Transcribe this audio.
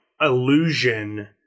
illusion